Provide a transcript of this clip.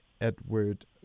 Edward